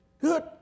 Good